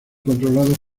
controlados